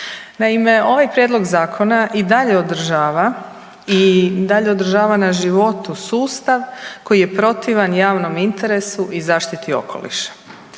Naime, ovaj prijedlog zakona i dalje održava i dalje održava na života sustav koji je protivan javnom interesu i zaštiti okoliša.